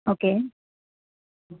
okay